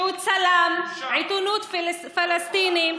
שהוא צלם בעיתונות פלסטינית,